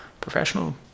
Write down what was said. professional